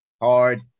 Hard